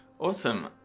Awesome